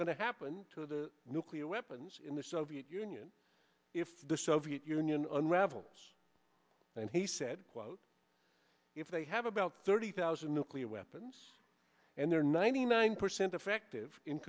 to happen to the nuclear weapons in the soviet union if the soviet union unravels and he said quote if they have about thirty thousand nuclear weapons and they're ninety nine percent effective in